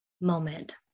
moment